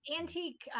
antique